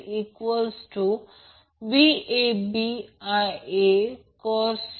तर आता येथे प्रॉब्लेममध्ये हे नमूद केले आहे की पॉवर फॅक्टर 0